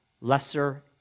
lesser